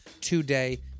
today